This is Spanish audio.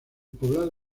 poblado